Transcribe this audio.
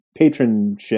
patronship